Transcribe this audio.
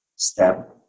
Step